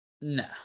No